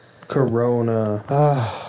Corona